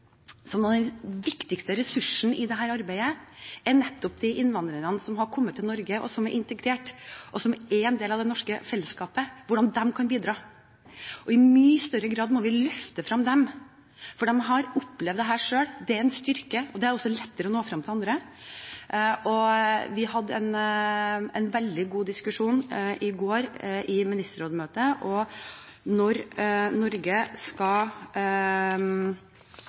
som den viktigste ressursen i dette arbeidet, var nettopp hvordan de innvandrerne som har kommet til Norge – som er integrert, og som er en del av det norske fellesskapet – kan bidra. I mye større grad må vi løfte frem dem, for de har opplevd dette selv. Det er en styrke, og det er også lettere for dem å nå frem til andre. Vi hadde en veldig god diskusjon i går i ministerrådsmøtet, og når Norge skal